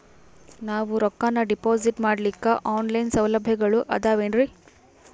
ನಾವು ರೊಕ್ಕನಾ ಡಿಪಾಜಿಟ್ ಮಾಡ್ಲಿಕ್ಕ ಆನ್ ಲೈನ್ ಸೌಲಭ್ಯಗಳು ಆದಾವೇನ್ರಿ?